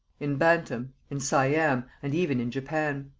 in bantam, in siam, and even in japan.